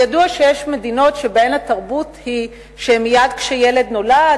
ידוע שיש מדינות שבהן התרבות היא שמייד כשילד נולד,